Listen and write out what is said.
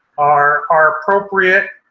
are, are appropriate,